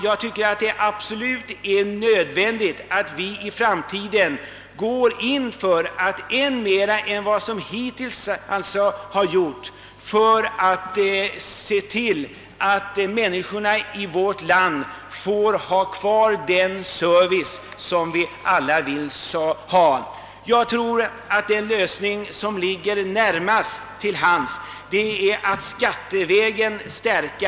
Jag tycker att det absolut är nödvändigt att vi i framtiden mera än vi hittills har gjort går in för att se till att människorna i vårt land får ha kvar den service som vi alla vill ha.